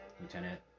Lieutenant